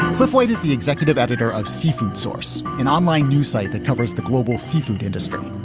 with weight is the executive editor of seafood source, an online news site that covers the global seafood industry,